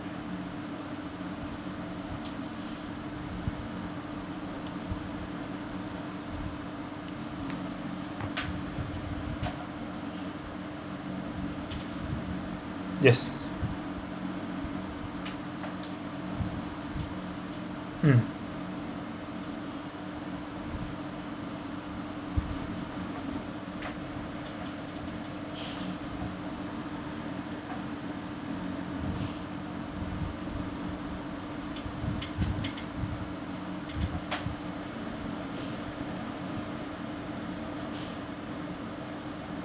yes mm